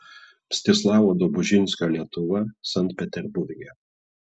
mstislavo dobužinskio lietuva sankt peterburge